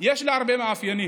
יש לה הרבה מאפיינים.